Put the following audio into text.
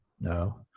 no